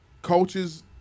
Coaches